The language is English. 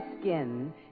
skin